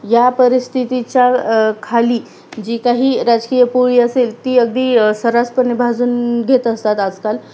या परिस्थितीच्या खाली जी काही राजकीय पोळी असेल ती अगदी सर्रासपणे भाजून घेत असतात आजकाल